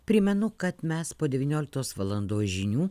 primenu kad mes po devynioliktos valandos žinių